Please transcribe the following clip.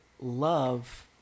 love